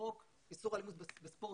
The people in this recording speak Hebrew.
איסור אלימות בספורט,